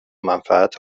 منفعت